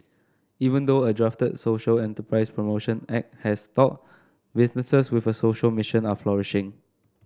even though a drafted social enterprise promotion act has stalled businesses with a social mission are flourishing